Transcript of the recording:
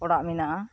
ᱚᱲᱟᱜ ᱢᱮᱱᱟᱜᱼᱟ